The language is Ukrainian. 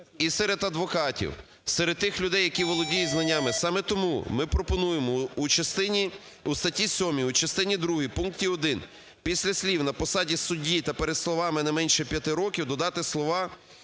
і серед адвокатів, серед тих людей, які володіють знаннями. Саме тому ми пропонуємо у статті 7 у частині другій пункту 2 після слів "на посаді судді" та перед словами "не менше 5 років" додати слова